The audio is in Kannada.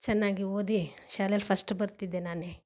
ಚೆನ್ನಾಗಿ ಓದಿ ಶಾಲೇಲಿ ಫಸ್ಟ್ ಬರ್ತಿದ್ದೆ ನಾನೇ